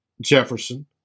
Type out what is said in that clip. Jefferson